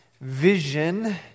vision